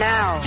Now